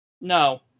No